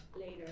later